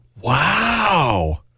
Wow